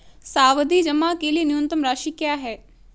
सावधि जमा के लिए न्यूनतम राशि क्या है?